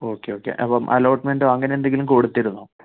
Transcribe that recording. okay okay അപ്പം allotment അങ്ങനെ എന്തെങ്കിലും കൊടുത്തിരുന്നോ